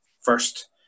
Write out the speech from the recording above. first